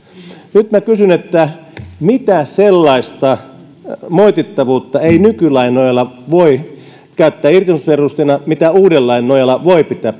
nyt minä kysyn mitä sellaista moitittavuutta ei nykylain nojalla voi käyttää irtisanomisperusteena mitä uuden lain nojalla voi pitää